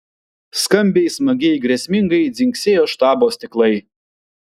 skambiai smagiai grėsmingai dzingsėjo štabo stiklai